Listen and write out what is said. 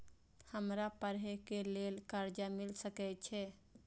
हमरा पढ़े के लेल कर्जा मिल सके छे?